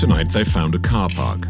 tonight they found a cop